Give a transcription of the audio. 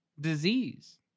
disease